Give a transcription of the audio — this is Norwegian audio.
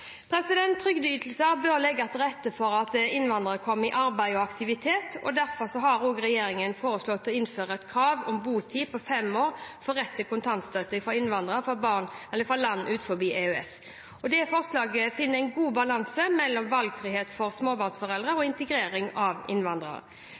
Trygdeytelser bør legge til rette for at innvandrere kommer i arbeid og aktivitet, og derfor har regjeringen foreslått å innføre et krav om botid på fem år for rett til kontantstøtte for innvandrere fra land utenfor EØS. Dette forslaget finner en god balanse mellom valgfrihet for småbarnsforeldre og